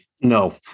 No